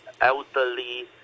elderly